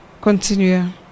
Continue